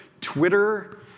Twitter